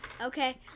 Okay